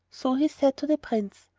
so he said to the prince,